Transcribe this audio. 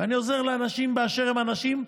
ואני עוזר לאנשים באשר הם האנשים,